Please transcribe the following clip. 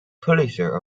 publisher